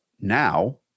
now